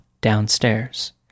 downstairs